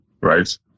right